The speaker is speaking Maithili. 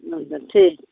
नहि तऽ ठीक